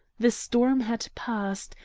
the storm had passed,